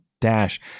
dash